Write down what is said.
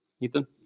Ethan